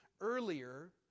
earlier